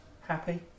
Happy